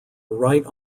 right